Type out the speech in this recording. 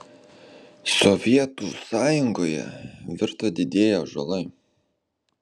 sovietų sąjungoje virto didieji ąžuolai